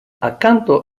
accanto